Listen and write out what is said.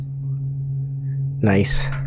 Nice